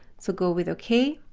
so go with ok,